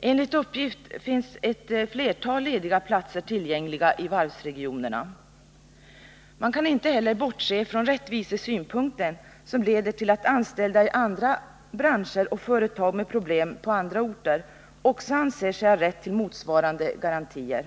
Enligt uppgift finns ett flertal lediga platser tillgängliga i varvsregionerna. Man kan inte heller bortse från rättvisesynpunkten, som leder till att anställda i andra branscher och i företag på andra orter med problem också anser sig ha rätt till motsvarande garantier.